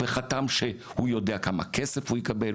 וחתם שהוא יודע כמה כסף הוא יקבל,